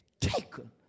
taken